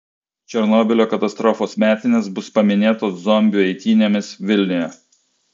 černobylio katastrofos metinės bus paminėtos zombių eitynėmis vilniuje